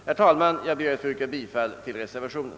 Herr talman! Jag ber att få yrka bifall till reservationen.